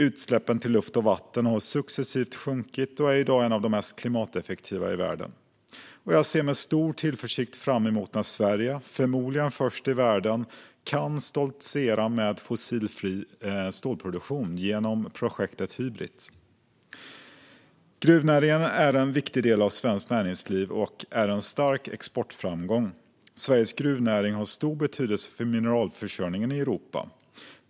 Utsläppen till luft och vatten har successivt sjunkit, och produktionen är i dag en av de mest klimateffektiva i världen. Jag ser med stor tillförsikt fram emot när Sverige, förmodligen först i världen, kan stoltsera med fossilfri stålproduktion genom projektet Hybrit. Gruvnäring är en viktig del av svenskt näringsliv och en stark exportframgång. Sveriges gruvnäring har stor betydelse för mineralförsörjningen i Europa.